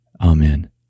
Amen